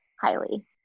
highly